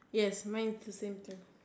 yes mine is the same too